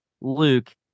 Luke